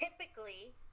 typically